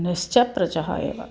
निश्चप्रजः एव